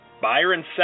Byron